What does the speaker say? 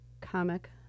comic